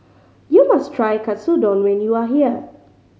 you must try Katsudon when you are here